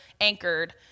anchored